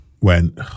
went